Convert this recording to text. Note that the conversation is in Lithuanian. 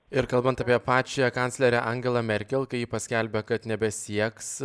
ir kalbant apie pačią kanclerę angelą merkel kai ji paskelbė kad nebesieks